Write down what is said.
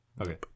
Okay